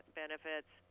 benefits